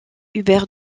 hubert